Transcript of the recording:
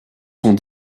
sont